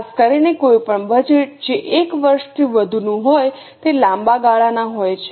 ખાસ કરીને કોઈપણ બજેટ જે એક વર્ષથી વધુનું હોય તે લાંબા ગાળાના હોય છે